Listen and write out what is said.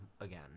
again